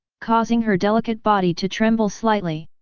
causing her delicate body to tremble slightly.